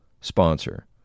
sponsor